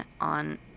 on